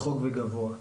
רחוק וגבוה.